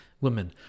Women